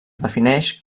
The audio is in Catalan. defineix